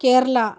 Kerala